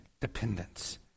dependence